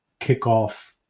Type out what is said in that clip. kickoff